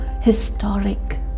historic